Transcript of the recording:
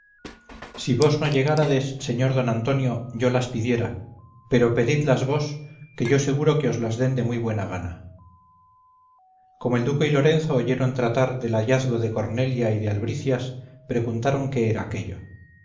si vos no llegárades señor don antonio yo las pidiera pero pedidlas vos que yo seguro que os las den de muy buena gana como el duque y lorenzo oyeron tratar del hallazgo de cornelia y de albricias preguntaron qué era aquello